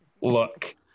Look